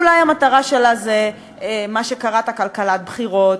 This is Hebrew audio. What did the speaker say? אולי המטרה שלה זה מה שקראת "כלכלת בחירות",